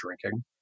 drinking